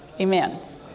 amen